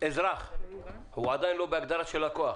אזרח הוא עדיין לא הגדרה של לקוח